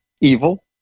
evil